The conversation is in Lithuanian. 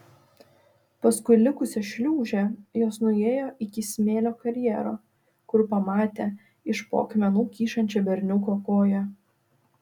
paskui likusią šliūžę jos nuėjo iki smėlio karjero kur pamatė iš po akmenų kyšančią berniuko koją